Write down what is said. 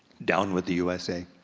down with the u s a.